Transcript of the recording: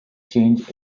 changed